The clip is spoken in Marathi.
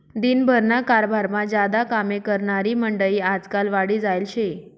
दिन भरना कारभारमा ज्यादा कामे करनारी मंडयी आजकाल वाढी जायेल शे